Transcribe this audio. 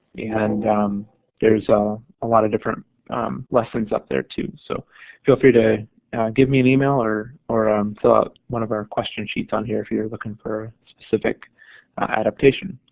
and there's a ah lot of different lessons up there, too. so feel free to give me an email or or um fill out one of our question sheets on here if you're looking for specific adaptation.